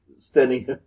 standing